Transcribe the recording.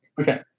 Okay